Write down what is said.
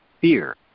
fear